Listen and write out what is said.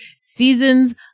seasons